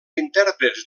intèrprets